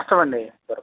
కష్టమండి దొరకవు